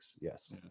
Yes